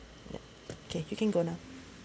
ya okay you can go now